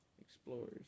explorers